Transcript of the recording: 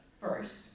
first